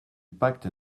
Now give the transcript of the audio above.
pacte